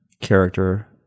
character